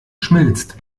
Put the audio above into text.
schmilzt